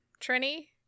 Trini